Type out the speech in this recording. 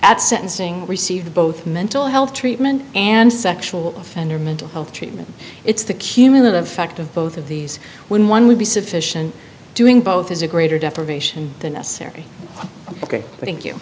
at sentencing received both mental health treatment and sexual offender mental health treatment it's the cumulative effect of both of these when one would be sufficient doing both is a greater deprivation than necessary